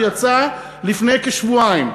שיצא לפני כשבועיים.